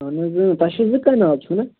اَہَن حط تۄہہِ چھِو زٕ کنال چھِو نا